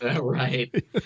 Right